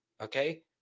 Okay